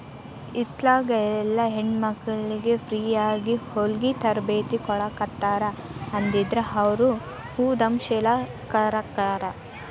ಇತ್ತಿತ್ಲಾಗೆಲ್ಲಾ ಹೆಣ್ಮಕ್ಳಿಗೆ ಫ್ರೇಯಾಗಿ ಹೊಲ್ಗಿ ತರ್ಬೇತಿ ಕೊಡಾಖತ್ತಾರ ಅದ್ರಿಂದ ಅವ್ರು ಉದಂಶೇಲರಾಕ್ಕಾರ